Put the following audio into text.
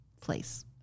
place